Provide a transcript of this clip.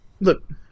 Look